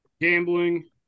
Gambling